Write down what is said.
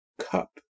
Cup